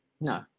No